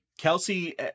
Kelsey